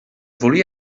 volia